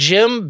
Jim